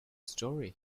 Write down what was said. story